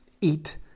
Eat